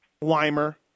Weimer